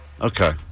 Okay